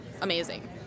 amazing